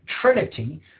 Trinity